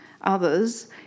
others